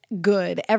good